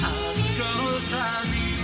ascoltami